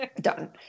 done